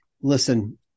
listen